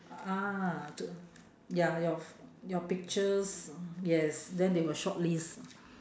ah to ya your your pictures yes then they will shortlist